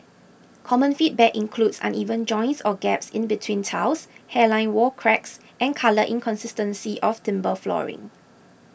common feedback includes uneven joints or gaps in between tiles hairline wall cracks and colour inconsistency of timber flooring